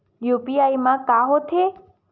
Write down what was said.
UPI मा का होथे?